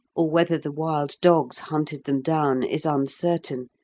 or whether the wild dogs hunted them down is uncertain,